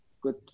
good